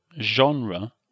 genre